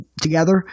together